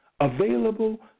available